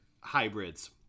hybrids